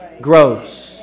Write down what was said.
grows